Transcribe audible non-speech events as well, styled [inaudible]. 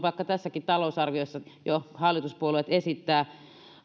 [unintelligible] vaikka tässäkin talousarviossa jo esittää